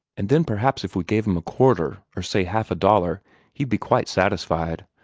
and then perhaps if we gave him a quarter, or say half a dollar he'd be quite satisfied.